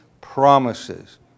promises